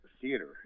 theater